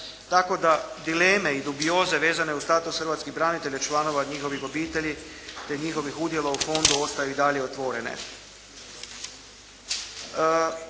tako da dileme i dubioze vezane uz status hrvatskih branitelja, članova njihovih obitelji, te njihovih udjela u fondu ostaju i dalje otvorene.